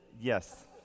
Yes